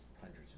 hundreds